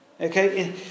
Okay